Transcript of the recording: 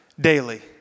daily